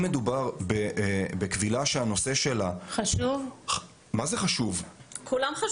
מדובר בקבילה שהנושא שלה חשוב --- כולם חשובים.